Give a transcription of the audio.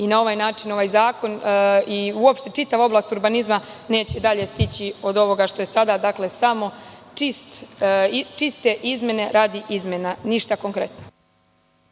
i na ovaj način ovaj zakon i uopšte čitava oblast urbanizma neće dalje stići od ovoga što je sada. Dakle, samo čiste izmene radi izmena, ništa konkretno.